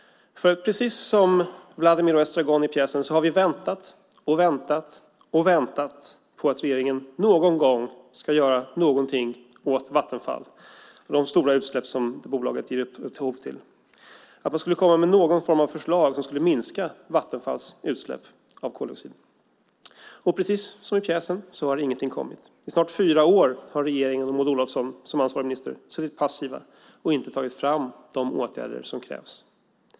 Precis som Vladimir och Estragon har vi väntat, väntat och väntat på att regeringen någon gång ska göra något åt Vattenfall och de stora utsläpp som bolaget ger upphov till, att man skulle komma med någon form av förslag som skulle minska Vattenfalls utsläpp av koldioxid. Och precis som i pjäsen har ingenting kommit. I snart fyra år har regeringen, med Maud Olofsson som ansvarig minister, suttit passiv och inte tagit fram de åtgärder som krävs.